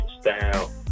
style